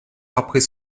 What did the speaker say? après